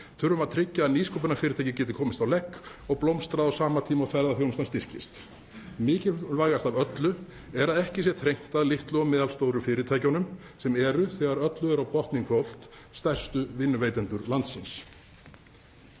þurfum að tryggja að nýsköpunarfyrirtæki geti komist á legg og blómstrað á sama tíma og ferðaþjónustan styrkist. Mikilvægast af öllu er að ekki sé þrengt að litlu og meðalstóru fyrirtækjunum sem eru, þegar öllu er á botninn hvolft, stærstu vinnuveitendur landsins.